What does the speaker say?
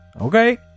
Okay